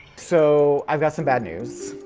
so, i've got some bad news.